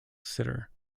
sitter